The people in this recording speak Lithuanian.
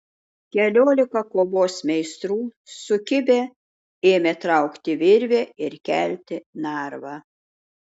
keliolika kovos meistrų sukibę ėmė traukti virvę ir kelti narvą